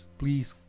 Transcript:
please